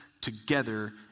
together